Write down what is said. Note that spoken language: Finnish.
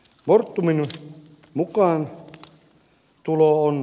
fortumin mukaantulo on ilouutinen